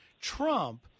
Trump